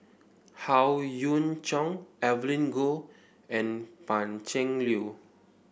Howe Yoon Chong Evelyn Goh and Pan Cheng Lui